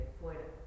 fuera